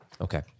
Okay